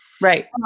Right